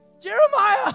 Jeremiah